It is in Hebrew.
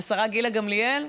השרה גילה גמליאל,